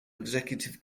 executive